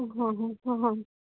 હં હં હં હં